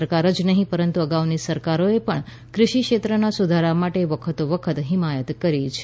સરકાર જનહીં પરંતુ અગાઉની સરકારોએ પણ કૃષિ ક્ષેત્રમાં સુધારા માટે વખતો વખત હિમાયત કરી છે